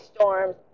storms